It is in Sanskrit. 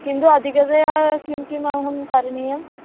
किन्तु अधिकतया किं किम् अहं करणीयम्